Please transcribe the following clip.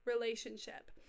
relationship